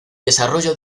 desarrollo